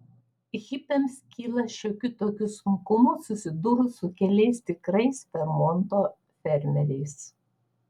hipiams kyla šiokių tokių sunkumų susidūrus su keliais tikrais vermonto fermeriais